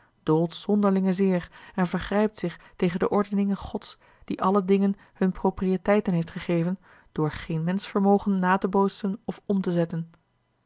doolt zonderlinge zeer en vergrijpt zich tegen de ordeningen gods die alle dingen hunne proprieteiten heeft gegeven door geen menschenvermogen na te bootsen of om te zetten